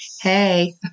hey